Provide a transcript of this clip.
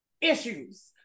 issues